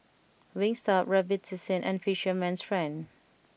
Wingstop Robitussin and Fisherman's friend